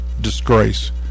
disgrace